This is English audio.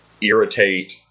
irritate